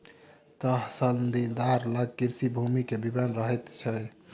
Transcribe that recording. तहसीलदार लग कृषि भूमि के विवरण रहैत छै